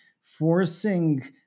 forcing